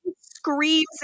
screams